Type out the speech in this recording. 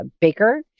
baker